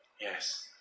Yes